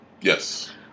Yes